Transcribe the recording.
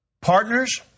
partners